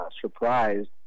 surprised